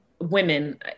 women